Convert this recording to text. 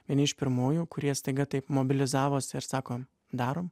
vieni iš pirmųjų kurie staiga taip mobilizavosi ir sako darom